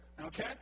Okay